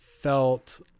Felt